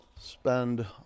Spend